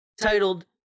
Titled